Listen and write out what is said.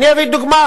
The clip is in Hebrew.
אני אביא דוגמה,